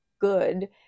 good